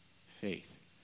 faith